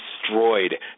destroyed